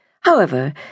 However